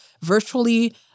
virtually